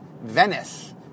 Venice